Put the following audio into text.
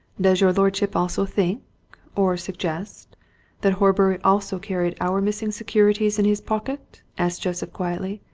does your lordship also think or suggest that horbury also carried our missing securities in his pocket? asked joseph quietly.